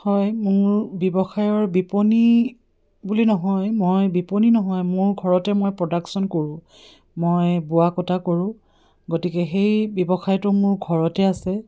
হয় মোৰ ব্যৱসায়ৰ বিপণী বুলি নহয় মই বিপণী নহয় মোৰ ঘৰতে মই প্ৰডাকশ্যন কৰোঁ মই বোৱা কটা কৰোঁ গতিকে সেই ব্যৱসায়টো মোৰ ঘৰতে আছে